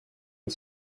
and